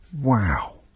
Wow